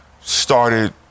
started